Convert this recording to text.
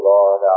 Lord